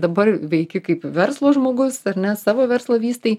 dabar veiki kaip verslo žmogus ar ne savo verslą vystai